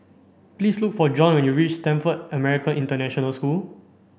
please look for Jon when you reach Stamford American International School